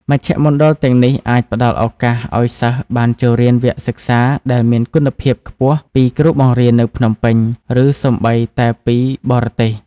មជ្ឈមណ្ឌលទាំងនេះអាចផ្តល់ឱកាសឱ្យសិស្សបានចូលរៀនវគ្គសិក្សាដែលមានគុណភាពខ្ពស់ពីគ្រូបង្រៀននៅភ្នំពេញឬសូម្បីតែពីបរទេស។